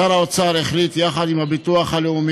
שר האוצר החליט, יחד